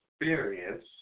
experience